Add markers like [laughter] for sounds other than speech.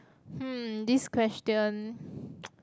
hmm this question [breath] [noise]